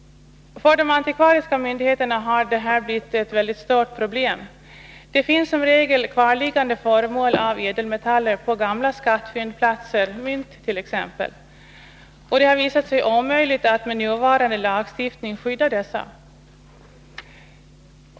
För de antikvariska myndigheterna har detta blivit ett stort problem. På gamla skattfyndplatser finns som regel kvarliggande föremål av ädelmetaller, mynt t.ex., och det har visat sig omöjligt att med nuvarande lagstiftning skydda dessa.